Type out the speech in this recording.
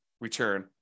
return